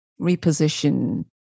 reposition